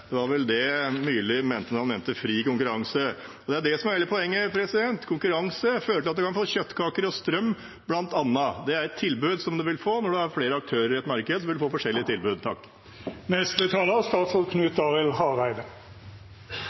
Det var vel det Myrli mente når han nevnte fri konkurranse, og det er det som er hele poenget: Konkurranse fører til at man kan få kjøttkaker og strøm – bl.a. Det er et tilbud man vil få. Når det er flere aktører i et marked, vil man få forskjellige tilbud.